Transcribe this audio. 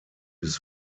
bis